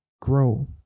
grow